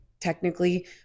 technically